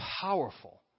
powerful